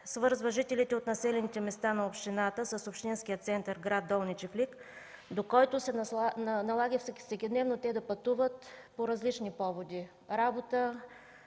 свързва жителите от населените места на общината с общинския център в град Долни Чифлик, до който се налага всекидневно да пътуват по различни поводи – работа,